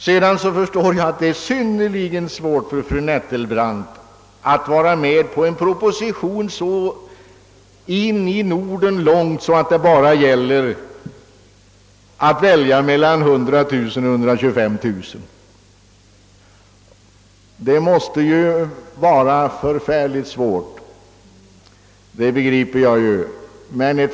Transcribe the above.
Jag förstår att det är synnerligen svårt för fru Nettelbrandt att sträcka sig så långt att hon helt accepterar en proposition.